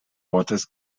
ortes